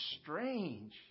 strange